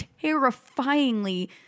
terrifyingly